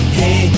hey